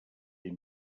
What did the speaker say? ell